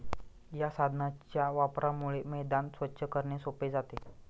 या साधनाच्या वापरामुळे मैदान स्वच्छ करणे सोपे जाते